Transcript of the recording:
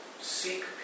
seek